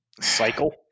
cycle